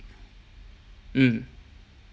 mm